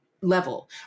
level